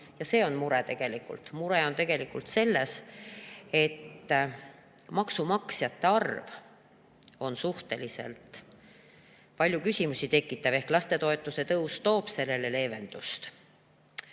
ja see on tegelikult mure. Mure on selles, et maksumaksjate arv on suhteliselt palju küsimusi tekitav. Ehk lastetoetuste tõus toob sellele leevendust. Täna